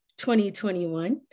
2021